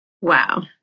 wow